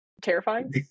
terrifying